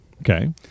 Okay